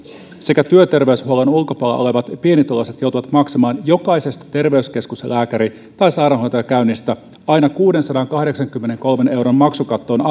sekä työterveyshuollon ulkopuolella olevat pienituloiset joutuvat maksamaan jokaisesta terveyskeskuksen lääkäri tai sairaanhoitajakäynnistä aina kuudensadankahdeksankymmenenkolmen euron maksukattoon